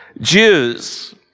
Jews